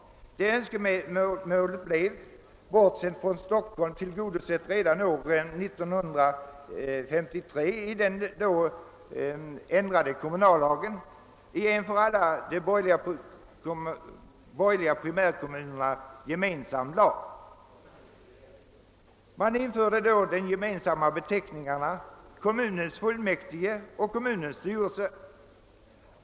Detta önskemål blev — bortsett från Stockholm — tillgodosett redan år 1953 i den då ändrade kommunallagen i en för alla de borgerliga primärkommunerna gemensam lag. Man införde då de gemensamma beteckningarna kommunens fullmäktige och kommunens styrelse.